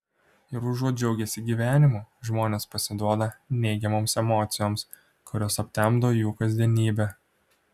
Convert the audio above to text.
ir užuot džiaugęsi gyvenimu žmonės pasiduoda neigiamoms emocijoms kurios aptemdo jų kasdienybę